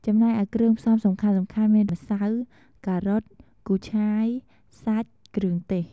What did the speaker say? ចំណែកឯគ្រឿងផ្សំសំខាន់ៗមាន ម្សៅ ការ៉ុត គូឆាយ សាច់ គ្រឿងទេស។